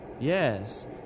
Yes